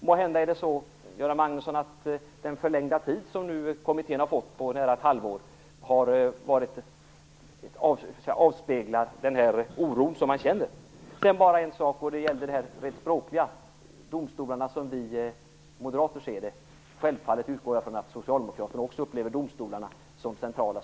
Måhända är det så att den förlängning av tiden på nära ett halvår som kommittén har fått avspeglar oron som man känner. En annan sak gäller det rent språkliga. Självfallet utgår jag från att socialdemokrater också upplever domstolarna som centrala.